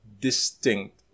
distinct